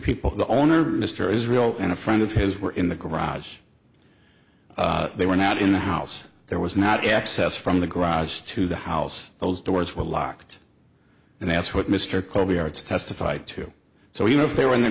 people the owner mr israel and a friend of his were in the garage they were not in the house there was not access from the garage to the house those doors were locked and that's what mr koby arts testified to so you know if they were in th